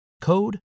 code